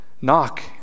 knock